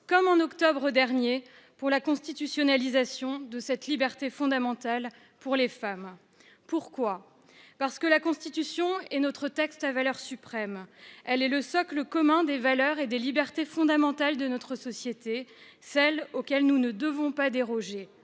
comme en octobre dernier, pour la constitutionnalisation de cette liberté fondamentale pour les femmes. Pourquoi ? Parce que la Constitution est notre texte à valeur suprême ; elle est le socle commun des valeurs et des libertés fondamentales de notre société, celles auxquelles nous ne devons pas déroger.